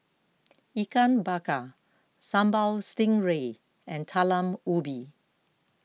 Ikan Bakar Sambal Stingray and Talam Ubi